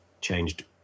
changed